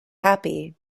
happy